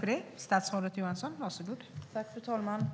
Fru talman!